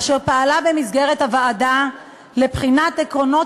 אשר פעלה במסגרת הוועדה לבחינת עקרונות